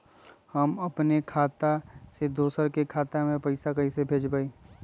हम अपने खाता से दोसर के खाता में पैसा कइसे भेजबै?